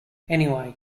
anyway